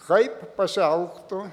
kaip pasielgtų